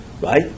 Right